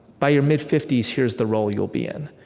by your mid fifty s, here's the role you'll be in.